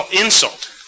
insult